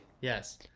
yes